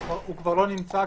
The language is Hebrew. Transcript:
הוא כבר לא נמצא,